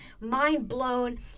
mind-blown